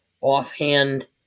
offhand